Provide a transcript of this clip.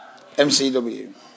MCW